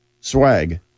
swag